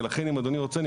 ולכן אם אדוני רוצה,